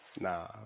Nah